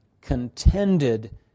contended